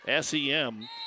SEM